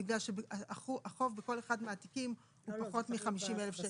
בגלל שהחוב בכל אחד מהתיקים הוא פחות מ-50,000.